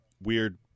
weird